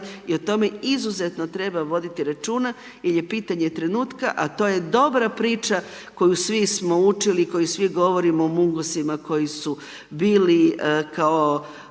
i o tome izuzetno treba voditi računa, jer je pitanje trenutka, a to je dobra priča koju svi smo učili, koju svi govorimo o mungosima koji su bili kao